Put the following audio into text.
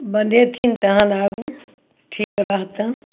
बनेथिन तेहन आगू ठीक रहतनि